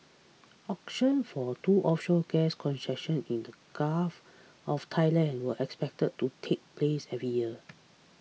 auctions for two offshore gas concessions in the gulf of Thailand were expected to take place every year